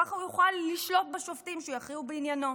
ככה הוא יוכל לשלוט בשופטים שיכריעו בעניינו.